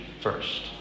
first